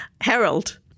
Harold